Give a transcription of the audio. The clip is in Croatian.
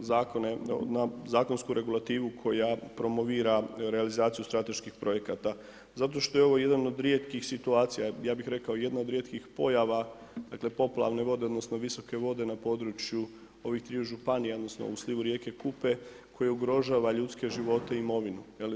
zakone, na zakonsku regulativu koja promovira realizaciju strateških projekata, zato što je ovo jedan od rijetkih situacija, ja bih rekao jedna od rijetkih pojava, dakle, poplavne vode odnosno visoke vode na području ovih triju županija odnosno u slivu rijeke Kupe koji ugrožava ljudske živote i imovinu, je li.